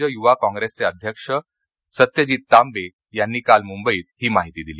राज्य युवा कॉप्रेसचे अध्यक्ष सत्यजित तांबे यांनी काल मुंबईमध्ये ही माहिती दिली